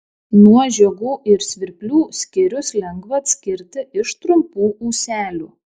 nuo žiogų ir svirplių skėrius lengva atskirti iš trumpų ūselių